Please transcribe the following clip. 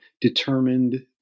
determined